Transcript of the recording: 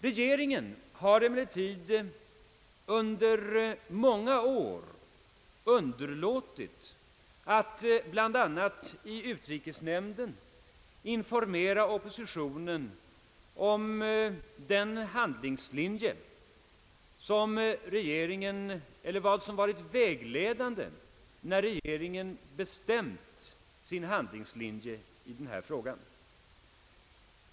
Regeringen har emellertid under många år underlåtit att bland annat i utrikesnämnden informera oppositionen om vad som har varit vägledande när regeringen bestämt sin handlingslinje i denna fråga.